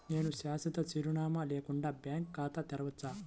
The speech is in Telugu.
నేను శాశ్వత చిరునామా లేకుండా బ్యాంక్ ఖాతా తెరవచ్చా?